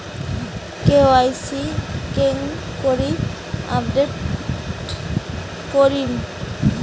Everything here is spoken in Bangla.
কে.ওয়াই.সি কেঙ্গকরি আপডেট করিম?